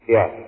Yes